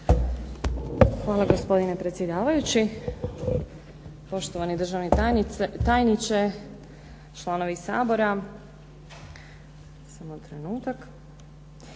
Hvala gospodine predsjedavajuće. Poštovani državni tajniče, članovi Sabora. Evo danas